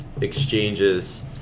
exchanges